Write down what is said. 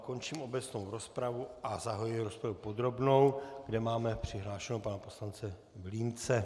Končím obecnou rozpravu a zahajuji rozpravu podrobnou, kde máme přihlášeného pana poslance Vilímce.